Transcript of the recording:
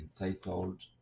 entitled